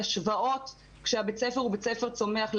השוואות כשבית הספר הוא בית ספר צומח,